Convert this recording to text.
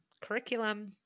Curriculum